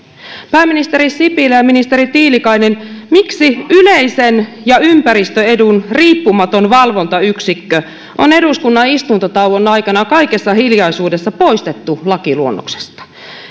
pääministeri sipilä ja ministeri tiilikainen miksi yleisen edun ja ympäristöedun riippumaton valvontayksikkö on eduskunnan istuntotauon aikana kaikessa hiljaisuudessa poistettu lakiluonnoksesta